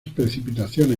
precipitaciones